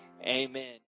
amen